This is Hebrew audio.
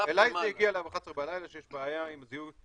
אבל אליי זה הגיע ב-11 בלילה שיש בעיה עם זיהוי,